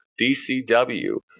DCW